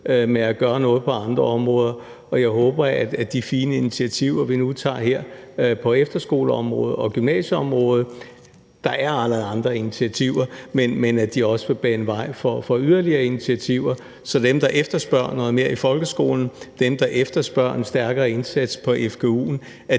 med at gøre noget på andre områder, og jeg håber, at de fine initiativer, vi nu tager her på efterskoleområdet og gymnasieområdet – der er allerede andre initiativer – også vil bane vej for yderligere initiativer, så dem, der efterspørger noget mere i folkeskolen, og dem, der efterspørger en stærkere indsats på fgu'en,